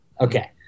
Okay